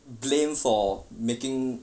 blamed for making